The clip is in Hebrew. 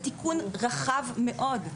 הוא תיקון רחב מאוד.